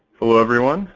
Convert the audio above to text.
hello everyone.